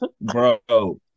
bro